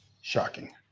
Shocking